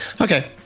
Okay